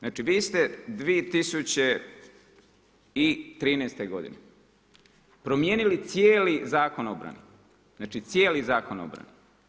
Znači vi ste 2013. godine promijenili cijeli Zakon o obrani, znači cijeli Zakon o obrani.